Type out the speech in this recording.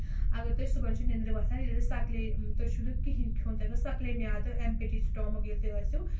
اَگر تُہۍ صُبحن چھِو نیٚنٛدرِ وۄتھان ییٚلہِ أسۍ سَکلی تُہۍ چھُو نہٕ کِہینٛۍ کھیٚون تِتِس سِکلٕے معادٕ ایٚمپِٹی سِٹامَک ییٚلہِ تُہۍ ٲسِو